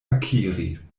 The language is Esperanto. akiri